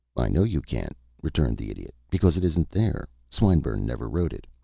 i know you can't, returned the idiot, because it isn't there. swinburne never wrote it.